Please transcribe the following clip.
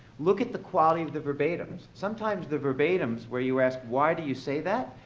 look at the quality of the verbatims. sometimes the verbatims, where you ask, why do you say that,